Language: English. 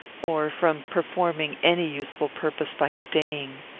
or from performing any useful purpose by staying.